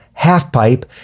halfpipe